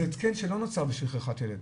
זה התקן שלא נוצר בשביל שכחת ילד.